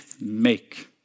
make